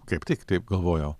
kaip tik taip galvojau